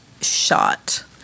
shot